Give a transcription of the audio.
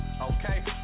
okay